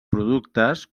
productes